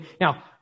now